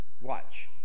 watch